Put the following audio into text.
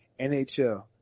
NHL